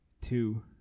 two